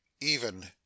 even